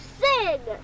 sing